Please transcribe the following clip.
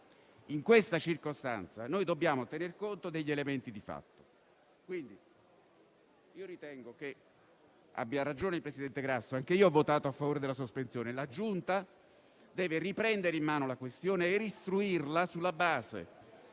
In questa circostanza dobbiamo tenere conto degli elementi di fatto. Ritengo quindi che abbia ragione il presidente Grasso e anche io ho votato a favore della sospensione. La Giunta deve riprendere in mano la questione e istruirla sulla base